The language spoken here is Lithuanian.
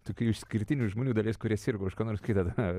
tokių išskirtinių žmonių dalis kuri sirgo už ką nors kitą